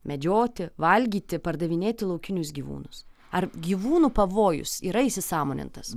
medžioti valgyti pardavinėti laukinius gyvūnus ar gyvūnų pavojus yra įsisąmonintas